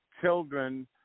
children